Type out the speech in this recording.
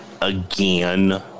again